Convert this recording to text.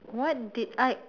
what did I